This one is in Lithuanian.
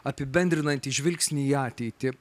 apibendrinantį žvilgsnį į ateitį